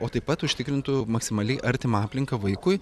o taip pat užtikrintų maksimaliai artimą aplinką vaikui